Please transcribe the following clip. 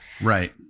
Right